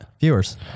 viewers